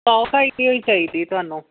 ਸੌ ਗਜ਼ ਦੀ ਹੋਈ ਚਾਹੀਦੀ ਤੁਹਾਨੂੰ